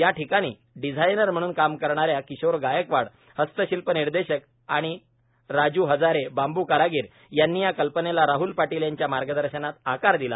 या ठिकाणी डिझायनर म्हणून काम करणाऱ्या किशोर गायकवाड हस्तशिल्प निर्देशक व राजू हजारे बांबू कारागीर यांनी या कल्पनेला राहल पाटील यांच्या मार्गदर्शनात आकार दिला